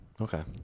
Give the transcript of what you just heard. Okay